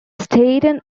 staten